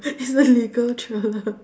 legal thriller